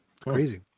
crazy